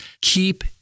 Keep